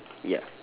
ya